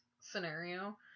scenario